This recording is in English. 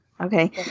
Okay